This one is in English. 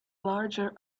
larger